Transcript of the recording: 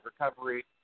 recovery